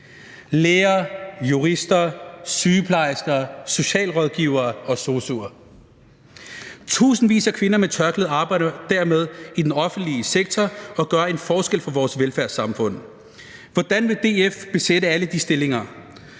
læger, jurister, sygeplejersker, socialrådgivere og sosu'er. Tusindvis af kvinder med tørklæde arbejder jo dermed i den offentlige sektor og gør en forskel for vores velfærdssamfund. Hvordan vil DF besætte alle de stillinger,